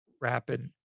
rapid